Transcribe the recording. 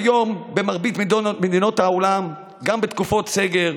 כיום במרבית מדינות העולם, גם בתקופות סגר,